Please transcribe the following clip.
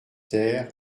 ter